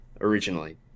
originally